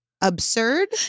absurd